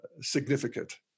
significant